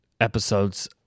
episodes